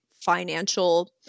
financial